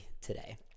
today